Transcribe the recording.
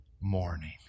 morning